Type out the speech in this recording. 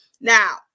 now